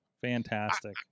Fantastic